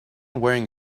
wearing